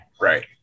Right